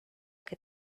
que